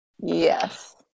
Yes